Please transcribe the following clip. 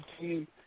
team